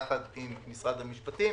יחד עם משרד המשפטים.